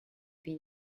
been